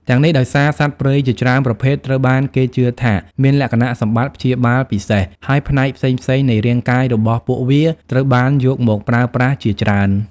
ទាំងនេះដោយសារ សត្វព្រៃជាច្រើនប្រភេទត្រូវបានគេជឿថាមានលក្ខណៈសម្បត្តិព្យាបាលពិសេស ហើយផ្នែកផ្សេងៗនៃរាងកាយរបស់ពួកវាត្រូវបានយកមកប្រើប្រាស់ជាច្រើន។